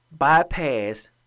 bypassed